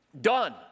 done